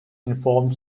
informed